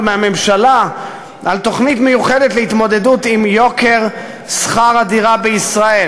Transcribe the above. מהממשלה על תוכנית מיוחדת להתמודדות עם יוקר שכר הדירה בישראל,